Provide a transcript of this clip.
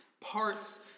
parts